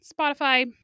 Spotify